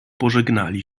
pożegnali